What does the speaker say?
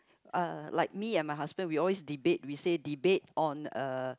uh like me and my husband we always debate we say debate on a